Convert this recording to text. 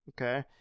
Okay